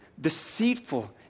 deceitful